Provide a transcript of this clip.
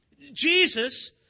Jesus